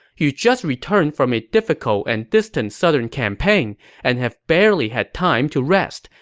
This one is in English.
you just returned from a difficult and distant southern campaign and have barely had time to rest.